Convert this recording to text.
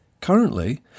Currently